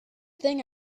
thing